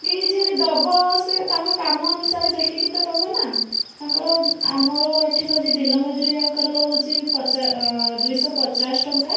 କି ଯିଏ ବି ଦେବ ସେ ତାଙ୍କ କାମ ଅନୁସାରେ ଦେଖିକି ତ ଦେବନା ତାଙ୍କର ଆମର ଏଠି ରହୁଛି ଦିନ ମଜୁରିଆଙ୍କର ରହୁଛି ପଚାଶ ଦୁଇଶହ ପଚାଶ ଟଙ୍କା